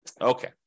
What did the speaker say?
Okay